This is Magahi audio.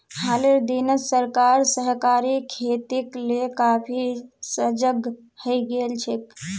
हालेर दिनत सरकार सहकारी खेतीक ले काफी सजग हइ गेल छेक